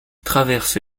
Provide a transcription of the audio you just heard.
traverse